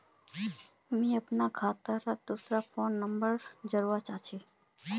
मुई अपना खाता डात दूसरा फोन नंबर जोड़वा चाहची?